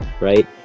right